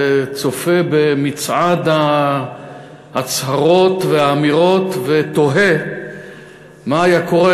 וצופה במצעד ההצהרות והאמירות ותוהה מה היה קורה